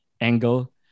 angle